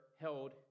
held